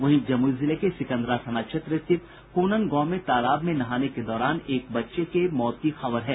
वहीं जमुई जिले के सिकंदरा थाना क्षेत्र स्थित कोनन गांव में तालाब में नहाने के दौरान एक बच्चे के मौत की खबर है